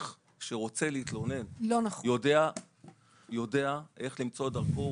אזרח שרוצה להתלונן יודע איך למצוא את דרכו.